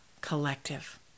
collective